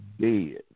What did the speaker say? dead